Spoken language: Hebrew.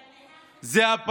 יש להם משפחות.